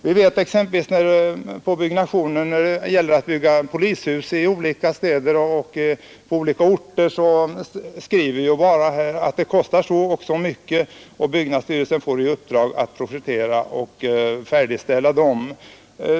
Vi vet exempelvis att när det gäller att bygga polishus på olika orter skriver vi bara att de kostar så och så mycket, och byggnadsstyrelsen får i uppdrag att projektera och färdigställa dem.